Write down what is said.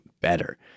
better